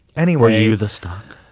anyway. were you the stalker?